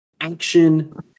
action